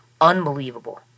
unbelievable